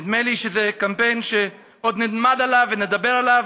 נדמה לי שזה קמפיין שעוד נלמד עליו ונדבר עליו,